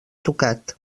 tocat